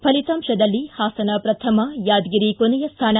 ಫಲಿತಾಂಶದಲ್ಲಿ ಹಾಸನ ಪ್ರಥಮ ಯಾದಗಿರಿ ಕೊನೆಯ ಸ್ಥಾನ